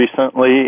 recently